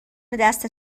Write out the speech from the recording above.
دست